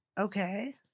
Okay